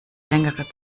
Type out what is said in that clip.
längere